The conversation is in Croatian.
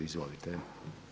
Izvolite.